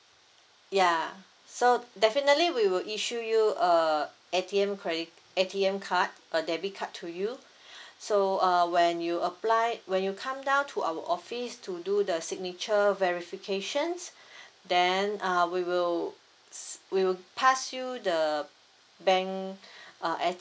ya so definitely we will issue you a A_T_M card a debit card to you so err when you apply when you come down to our office to do the signature verification then uh we will we will pass you the bank uh